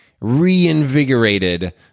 reinvigorated